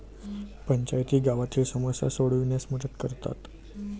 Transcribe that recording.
पंचायती गावातील समस्या सोडविण्यास मदत करतात